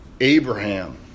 Abraham